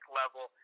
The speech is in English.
level